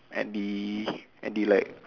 at the at the like